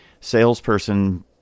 salesperson